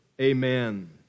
Amen